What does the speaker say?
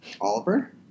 Oliver